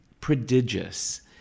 prodigious